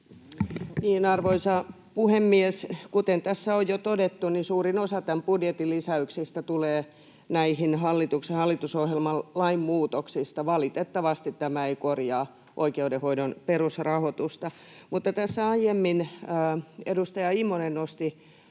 Arvoisa puhemies! Kuten tässä on jo todettu, suurin osa tämän budjetin lisäyksistä tulee hallitusohjelman lainmuutoksista. Valitettavasti tämä ei korjaa oikeudenhoidon perusrahoitusta. Tässä aiemmin edustaja Immonen nosti